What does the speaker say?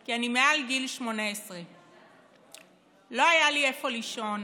כי אני מעל גיל 18. לא היה לי איפה לישון.